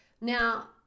Now